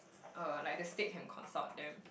uh like the state can consult them